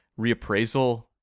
reappraisal